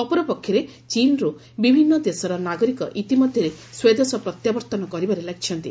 ଅପରପକ୍ଷରେ ଚୀନ୍ରୁ ବିଭିନୁ ଦେଶର ନାଗରିକ ଇତିମଧ୍ଧରେ ସ୍ୱଦେଶ ପ୍ରତ୍ୟାବର୍ଉନ କରିବାରେ ଲାଗିଛନ୍ତି